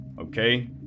Okay